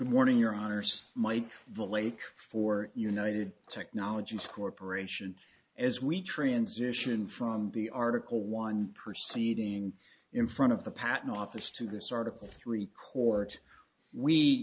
good morning your honors mike the lake for united technologies corporation as we transition from the article one proceeding in front of the patent office to this article three court we